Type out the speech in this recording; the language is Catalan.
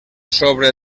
sobre